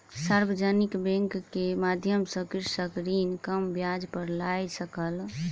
सार्वजानिक बैंक के माध्यम सॅ कृषक ऋण कम ब्याज पर लय सकल